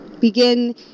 Begin